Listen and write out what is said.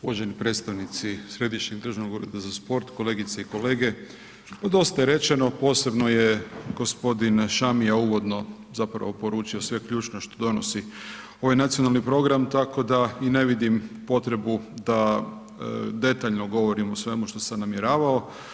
Uvaženi predstavnici središnjeg državnog ureda za sport, kolegice i kolege, pa dosta je rečeno posebno je gospodin Šamija uvodno zapravo poručio sve ključno što donosi ovaj nacionalni program, tako da i ne vidim potrebu da detaljno govorim o svemu što sam namjeravao.